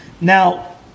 Now